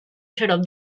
xarop